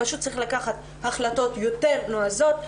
פשוט צריך לקבל החלטות יותר נועזות,